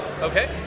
Okay